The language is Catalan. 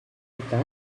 dignitat